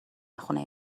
خونه